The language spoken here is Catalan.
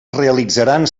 realitzaran